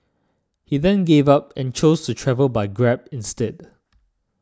he then gave up and chose to travel by Grab instead